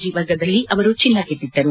G ವರ್ಗದಲ್ಲಿ ಅವರು ಚಿನ್ನ ಗೆದ್ದಿದ್ದರು